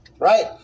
Right